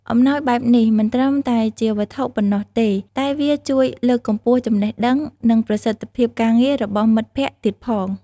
អំណោយបែបនេះមិនត្រឹមតែជាវត្ថុប៉ុណ្ណោះទេ តែវាជួយលើកកម្ពស់ចំណេះដឹង និងប្រសិទ្ធភាពការងាររបស់មិត្តភក្តិទៀតផង។